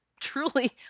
truly